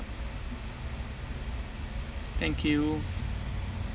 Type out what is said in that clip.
thank you